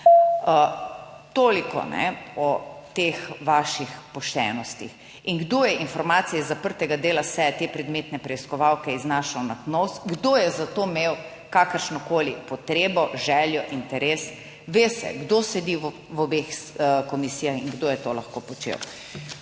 Toliko o teh vaših poštenostih. In kdo je informacije iz zaprtega dela seje te predmetne preiskovalke iznašal na KNOVS, kdo je za to imel kakršnokoli potrebo, željo, interes, ve se, kdo sedi v obeh komisijah in kdo je to lahko počel.